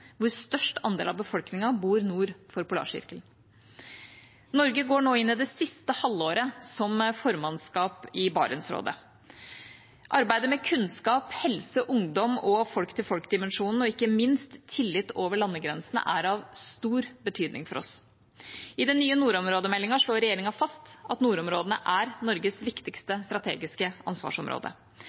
hvor størst andel av befolkningen bor nord for polarsirkelen. Norge går nå inn i det siste halvåret som formannskap i Barentsrådet. Arbeidet med kunnskap, helse, ungdom og folk-til-folk-dimensjonen, og ikke minst tillit over landegrensene, er av stor betydning for oss. I den nye nordområdemeldinga slår regjeringa fast at nordområdene er Norges viktigste strategiske ansvarsområde.